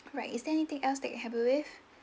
right is there anything else that I can help you with